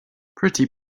pretty